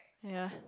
ya